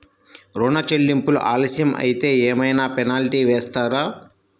ఋణ చెల్లింపులు ఆలస్యం అయితే ఏమైన పెనాల్టీ వేస్తారా?